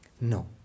No